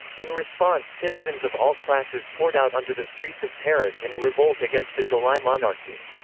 in response citizens of all classes poured out onto the streets of paris in a revolt against the july monarchy.